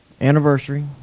anniversary